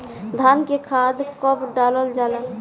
धान में खाद कब डालल जाला?